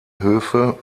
höfe